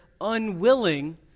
unwilling